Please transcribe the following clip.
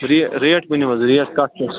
رے rate ؤنیُو حظ rate کَتھ کیٛاہ چھِ